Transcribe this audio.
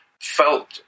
felt